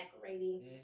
decorating